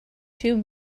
too